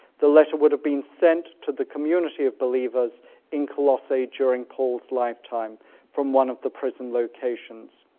the letter would have been sent to the community of believers in colossae during polls lifetime from one of the prison locations.